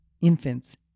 infants